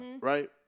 right